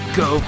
go